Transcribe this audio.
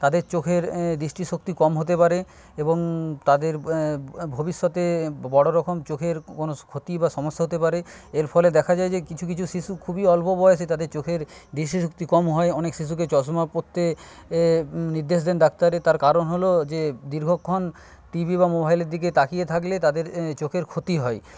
তাদের চোখের দৃষ্টিশক্তি কম হতে পারে এবং তাদের ভবিষ্যতে বড়ো রকম চোখের কোনো ক্ষতি বা সমস্যা হতে পারে এরফলে দেখা যায় যে কিছু কিছু শিশু খুবই অল্পবয়সে তাদের চোখের দৃষ্টিশক্তি কম হয় অনেক শিশুকে চশমা পড়তে নির্দেশ দেন ডাক্তারে তার কারণ হল যে দীর্ঘক্ষণ টিভি বা মোবাইলের দিকে তাকিয়ে থাকলে তাদের চোখের ক্ষতি হয়